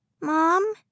Mom